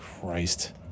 Christ